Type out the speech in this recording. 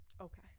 Okay